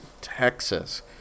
Texas